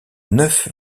neuf